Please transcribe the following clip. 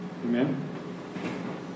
Amen